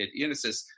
Unisys